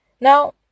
Now